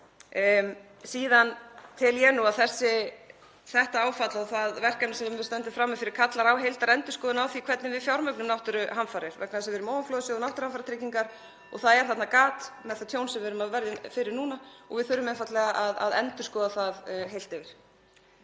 Síðan tel ég að þetta áfall og það verkefni sem við stöndum frammi fyrir kalli á heildarendurskoðun á því hvernig við fjármögnum náttúruhamfarir vegna þess að við erum með ofanflóðasjóð og Náttúruhamfaratryggingu Íslands og það er þarna gat vegna þess tjóns sem við erum að verða fyrir núna og við þurfum einfaldlega að endurskoða það heilt yfir.